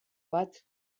bat